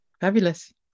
fabulous